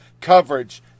coverage